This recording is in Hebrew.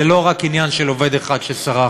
זה לא רק עניין של עובד אחד שסרח,